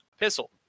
epistle